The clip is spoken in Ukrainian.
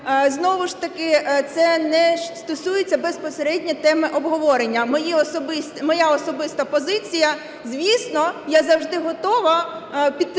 знову ж таки це не стосується безпосередньо теми обговорення. Моя особиста позиція: звісно, я завжди готова підтримати